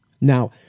Now